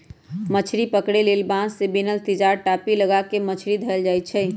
मछरी पकरे लेल बांस से बिनल तिजार, टापि, लगा क मछरी धयले जाइ छइ